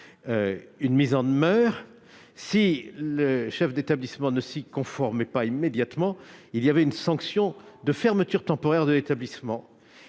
une mise en demeure et, si le chef d'établissement ne s'y conforme pas immédiatement, la sanction est la fermeture temporaire de l'établissement.